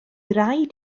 raid